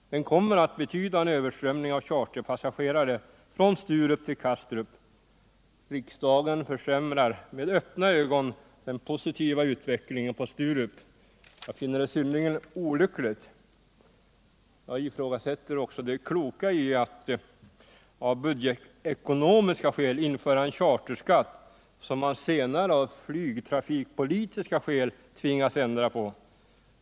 Den kommer att betyda en överströmning av charterpassagerare från Sturup till Kastrup. Riksdagen försämrar med öppna ögon den positiva utvecklingen på Sturup. Jag finner det synnerligen olyckligt. Jag ifrågasätter också det kloka i att av budgetekonomiska skäl införa en charterskatt som man senare av flygtrafikpolitiska skäl tvingas ändra.